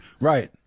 right